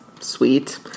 Sweet